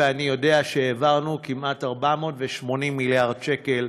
ואני יודע שהעברנו כמעט 480 מיליון שקל,